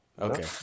Okay